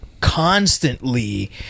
constantly